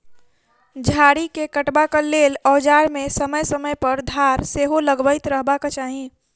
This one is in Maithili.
झाड़ी के काटबाक लेल औजार मे समय समय पर धार सेहो लगबैत रहबाक चाही